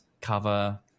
cover